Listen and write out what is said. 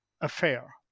affair